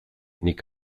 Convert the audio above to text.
nik